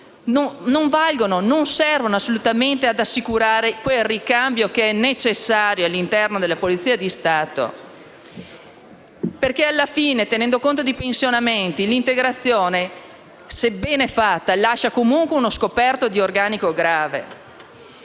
assunzioni non servono assolutamente ad assicurare il ricambio necessario all'interno della Polizia di Stato. Alla fine, tenendo conto dei pensionamenti, l'integrazione, sebbene fatta, lascia comunque un grave scoperto di organico.